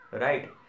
right